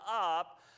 up